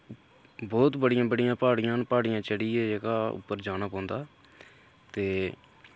बहुत बड्डियां बड्डियां प्हाड़ियां न प्हाड़ियां चढ़ियै जेह्का उप्पर जाना पौंदा ते